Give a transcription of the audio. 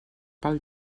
pel